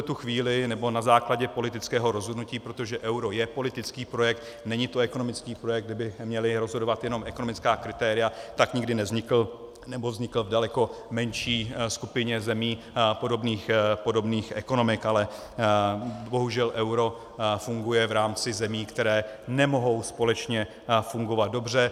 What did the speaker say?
V tuto chvíli, nebo na základě politického rozhodnutí, protože euro je politický projekt, není to ekonomický projekt, kde by měla rozhodovat jenom ekonomická kritéria, tak nikdy nevznikl, nebo vznikl v daleko menší skupině zemí podobných ekonomik, ale bohužel euro funguje v rámci zemí, které nemohou společně fungovat dobře.